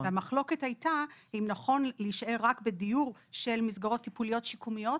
המחלוקת היתה האם נכון להישאר רק בדיור של מסגרות טיפוליות שיקומיות,